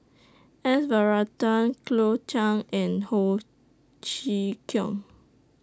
S Varathan Cleo Thang and Ho Chee Kong